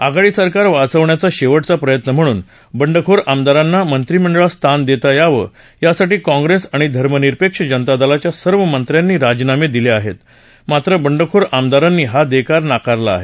आघाडी सरकार वाचवण्याचा शेवटचा प्रयत्न म्हणून बंडखोर आमदारांना मंत्रीमंडळात स्थान देता यावं यासाठी काँग्रेस आणि धर्मनिरपेक्ष जनता दलाच्या सर्व मंत्र्यांनी राजीनाम दिले आहेत मात्र बंडखोर आमदारांनी हा देकार नाकारला आहे